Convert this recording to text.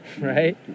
Right